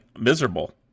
miserable